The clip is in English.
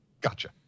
gotcha